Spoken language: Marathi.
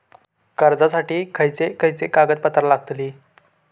कर्जासाठी खयचे खयचे कागदपत्रा लागतली?